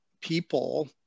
people